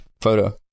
photo